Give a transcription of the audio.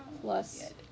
plus